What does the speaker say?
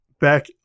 back